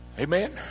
Amen